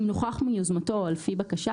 אם נוכח מיוזמתו או לפי בקשה,